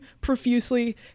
profusely